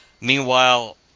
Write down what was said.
Meanwhile